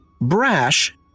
Brash